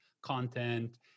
content